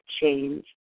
change